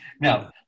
Now